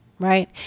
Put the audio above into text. right